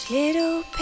little